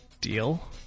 Deal